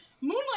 Moonlight